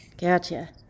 Gotcha